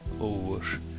over